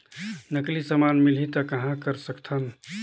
नकली समान मिलही त कहां कर सकथन?